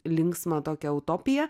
linksmą tokią utopiją